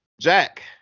Jack